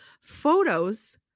photos